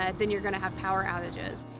ah then you're gonna have power outages.